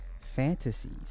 fantasies